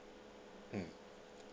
mm